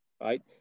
right